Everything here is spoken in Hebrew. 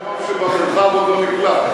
זה רעיון שבמרחב עוד לא נקלט.